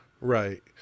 Right